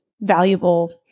valuable